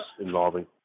involving